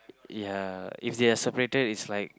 ya if they are separated it's like